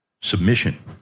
submission